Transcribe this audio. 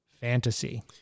fantasy